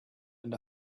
and